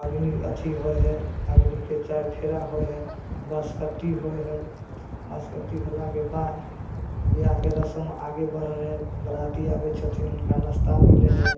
अग्नि अथी होइ हइ अग्निके चारि फेरा होइ हइ बसकट्टी होइ हइ बसकट्टी होलाके बाद बिआहके रसम आगे बढ़ै हइ बराती आबै छथिन हुनका नश्ता मिलै हइ